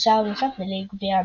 ושער נוסף בגביע המדינה.